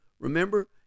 remember